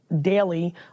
daily